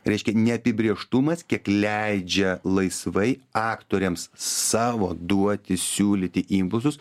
reiškia neapibrėžtumas kiek leidžia laisvai aktoriams savo duoti siūlyti impulsus